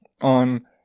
on